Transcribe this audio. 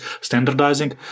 standardizing